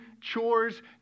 chores